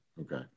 okay